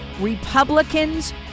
Republicans